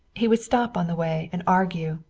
he would stop on the way and argue,